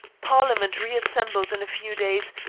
parliament re-assembled in a few days,